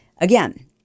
Again